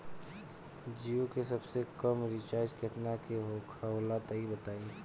जीओ के सबसे कम रिचार्ज केतना के होला तनि बताई?